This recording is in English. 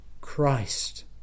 Christ